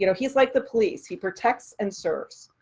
you know he's like the police. he protects and serves.